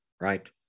Right